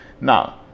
Now